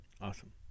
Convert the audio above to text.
Awesome